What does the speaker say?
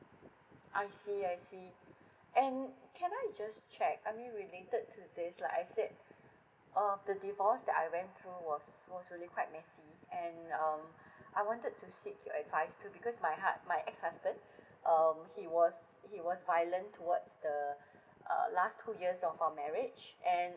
I see I see and can I just check I mean related to this like I said um the divorce that I went to was was really quite messy and um I wanted to seek your advice too because my hu~ my ex husband um he was he was violent towards the uh last two years of our marriage and